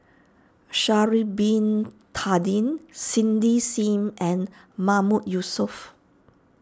Sha'ari Bin Tadin Cindy Sim and Mahmood Yusof